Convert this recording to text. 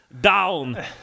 down